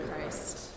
Christ